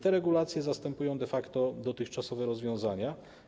Te regulacje zastępują de facto dotychczasowe rozwiązania.